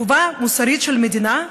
חובה מוסרית של מדינה,